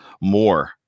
more